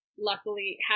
luckily